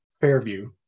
Fairview